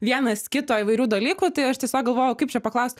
vienas kito įvairių dalykų tai aš tiesiog galvojau kaip čia paklaust